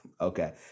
Okay